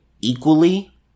equally